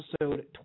episode